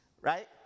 right